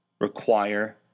require